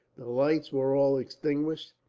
the lights were all extinguished,